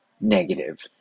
negative